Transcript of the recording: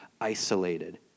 isolated